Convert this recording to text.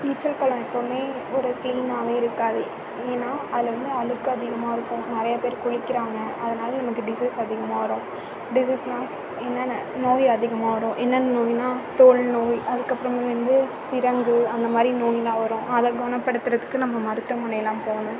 நீச்சல் குளம் எப்போவுமே ஒரு க்ளீனாகவே இருக்காது ஏன்னா அதில் வந்து அழுக்கு அதிகமாக இருக்கும் நிறையா பேர் குளிக்கிறாங்க அதனால் நமக்கு டிஸிஸ் அதிகமாக வரும் டிசிஸ்ன்னா என்னென்ன நோய் அதிகமாக வரும் என்னென்ன நோய்னா தோல் நோய் அதுக்கப்புறமே வந்து சிரங்கு அந்தமாதிரி நோய் எல்லாம் வரும் அதை குணப்படுத்துறதுக்கு நம்ம மருத்துவமனை எல்லாம் போகணும்